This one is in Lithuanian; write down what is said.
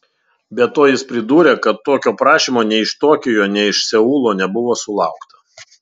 be to jis pridūrė kad tokio prašymo nei iš tokijo nei iš seulo nebuvo sulaukta